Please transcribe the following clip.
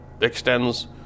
extends